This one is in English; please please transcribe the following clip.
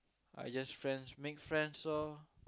I just friends make friends all